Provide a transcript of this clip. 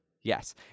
Yes